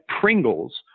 Pringles